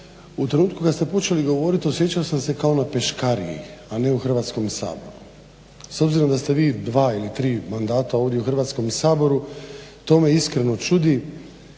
u trenutku kad ste počeli govorit osjećao sam se kao na peškariji, a ne u Hrvatskom saboru. S obzirom da ste vi dva ili tri mandata ovdje u Hrvatskom saboru to me iskreno čudi.